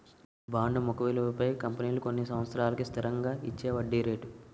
bond ముఖ విలువపై కంపెనీలు కొన్ని సంవత్సరాలకు స్థిరంగా ఇచ్చేవడ్డీ రేటు